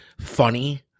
funny